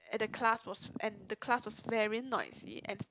and the class was and the class was very noisy and